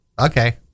okay